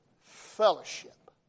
fellowship